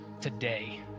today